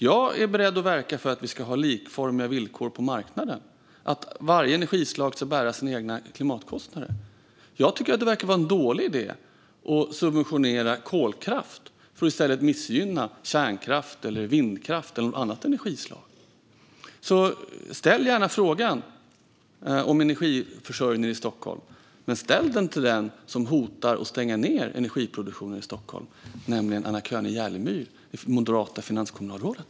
Jag är beredd att verka för att det ska bli likformiga villkor på marknaden, att varje energislag ska bära sina egna klimatkostnader. Jag tycker att det verkar vara en dålig idé att subventionera kolkraft för att i stället missgynna kärnkraft, vindkraft eller något annat energislag. Ställ gärna frågan om energiförsörjningen i Stockholm, men ställ den till den som hotar att stänga ned energiproduktionen i Stockholm, nämligen Anna König Jerlmyr, det moderata finansborgarrådet.